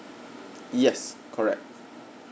yes correct